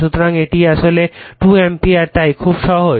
সুতরাং এটি আসলে 2 অ্যাম্পিয়ার তাই খুব সহজ